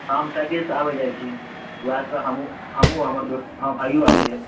गाम साइकिल से आबैत जाइत छी ओएह से हमहुँ आ हमर दोस्त हँ भाइयो आबैया